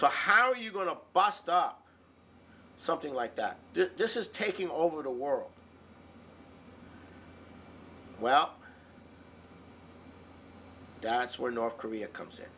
so how are you going to bust up something like that this is taking over the world well that's where north korea comes in